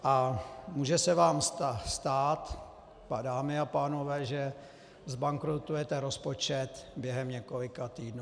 A může se vám stát, dámy a pánové, že zbankrotujete rozpočet během několika týdnů.